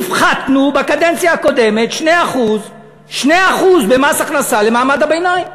הפחתנו בקדנציה הקודמת 2% 2% במס הכנסה למעמד הביניים.